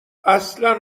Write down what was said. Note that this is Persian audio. اصلا